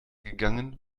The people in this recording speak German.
gegangen